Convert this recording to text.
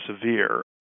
severe